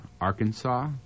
Arkansas